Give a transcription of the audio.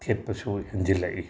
ꯊꯦꯠꯄꯁꯨ ꯍꯦꯟꯖꯤꯜꯂꯛꯏ